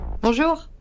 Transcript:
Bonjour